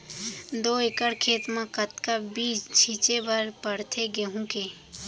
दो एकड़ खेत म कतना बीज छिंचे बर पड़थे गेहूँ के?